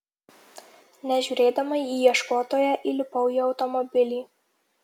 nežiūrėdama į ieškotoją įlipau į automobilį